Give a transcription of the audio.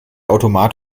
automat